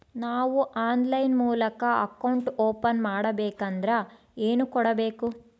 ನಾವು ಆನ್ಲೈನ್ ಮೂಲಕ account open ಮಾಡಬೇಂಕದ್ರ ಏನು ಕೊಡಬೇಕು?